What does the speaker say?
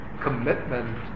commitment